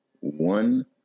one